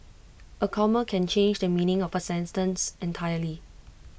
A comma can change the meaning of A sense terms entirely